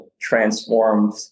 transformed